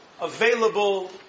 available